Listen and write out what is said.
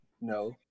No